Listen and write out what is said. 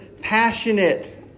passionate